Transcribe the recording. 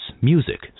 music